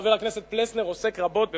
חבר הכנסת פלסנר עוסק רבות בוועדת-טל,